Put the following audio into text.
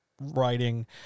writing